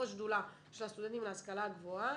השדולה של הסטודנטים להשכלה הגבוהה,